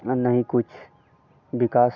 और न ही कुछ विकास